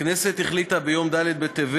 הכנסת החליטה ביום ד' בטבת